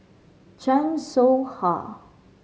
Chan Soh Ha